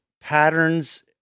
patterns